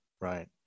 right